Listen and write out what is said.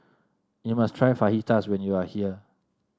you must try Fajitas when you are here